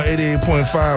88.5